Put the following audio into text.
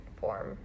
form